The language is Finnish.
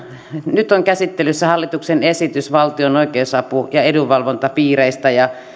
nyt on käsittelyssä hallituksen esitys valtion oikeusapu ja edunvalvontapiireistä ja